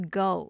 go